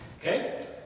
okay